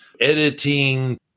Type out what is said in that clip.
editing